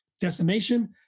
decimation